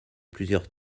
plusieurs